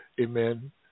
Amen